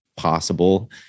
possible